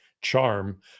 charm